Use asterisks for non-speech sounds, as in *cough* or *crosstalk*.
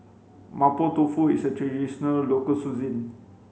mapo tofu is a traditional local *unintelligible*